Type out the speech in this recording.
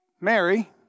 Mary